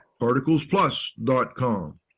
particlesplus.com